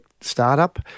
startup